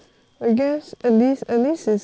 I guess at least at least it's like good lor